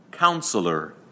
Counselor